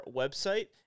website